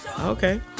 Okay